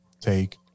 take